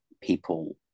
people